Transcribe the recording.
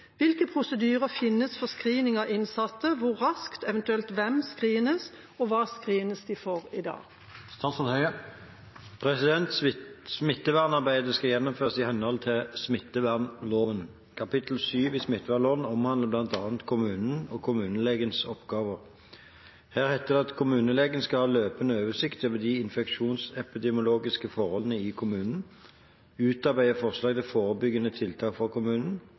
Hvilke prosedyrer finnes for screening av innsatte, hvor rask, eventuelt hvem screenes, og hva screenes de for i dag?» Smittevernarbeidet skal gjennomføres i henhold til smittevernloven. Kapittel 7 i smittevernloven omhandler bl.a. kommunenes og kommunelegens oppgaver. Her heter det at kommunelegen skal «ha løpende oversikt over de infeksjonsepidemiologiske forholdene i kommunen», «utarbeide forslag til forebyggende tiltak for kommunen»